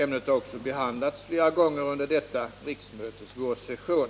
Ämnet har också behandlats flera gånger under detta riksmötes vårsession.